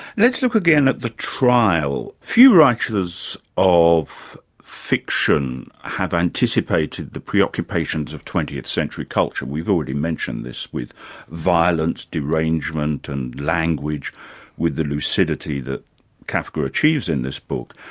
let's look again at the trial. few writers of fiction have anticipated the preoccupations of twentieth century culture we've already mentioned this with violence, derangement and language with the lucidity that kafka achieves in this book.